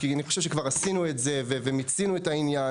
כי אני חושב שכבר עשינו את זה ומיצינו את העניין.